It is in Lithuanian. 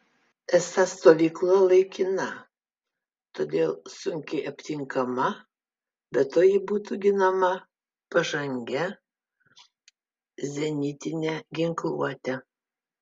esą stovykla laikina todėl sunkiai aptinkama be to ji būtų ginama pažangia zenitine ginkluote